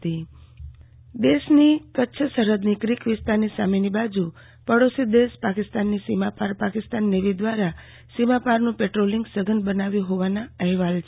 આરતી ભદ્દ પાકિસ્તાન જળસીમા દેશની કચ્છ સરફદની ક્રિક વિસ્તારની સામેની બાજુ પાડોશી દેશ પાકિસ્તાનની સીમા પાર પાકિસ્તાન નેવી દ્વારા સીમા પારનું પેટ્રોલિંગ સઘન બનાવ્યું હોવાના અહેવાલ છે